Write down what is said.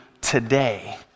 today